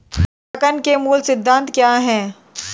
लेखांकन के मूल सिद्धांत क्या हैं?